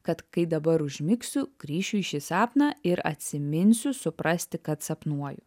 kad kai dabar užmigsiu grįšiu į šį sapną ir atsiminsiu suprasti kad sapnuoju